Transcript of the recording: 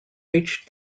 reached